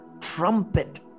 trumpet